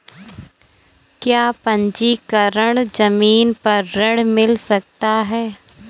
क्या पंजीकरण ज़मीन पर ऋण मिल सकता है?